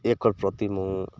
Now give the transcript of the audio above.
acre ପ୍ରତି ମୁଁ